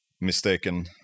mistaken